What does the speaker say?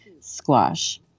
squash